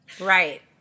Right